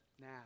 now